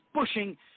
pushing